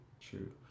true